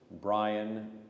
Brian